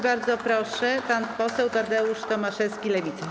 Bardzo proszę, pan poseł Tadeusz Tomaszewski, Lewica.